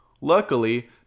luckily